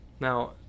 Now